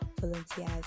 volunteers